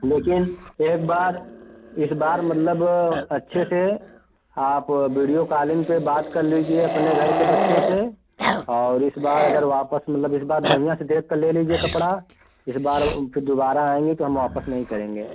लेकिन एक बार इस बार मतलब अच्छे से आप बीडियो कालिंग पर बात कर लीजिए अपने घर के बच्चों से और इस बार अगर वापस मतलब इस बार बढ़िया से देख कर ले लीजिए कपड़ा इस बार फिर दोबारा आएंगी तो हम वापस नही करेंगे